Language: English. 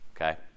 okay